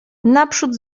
naprzód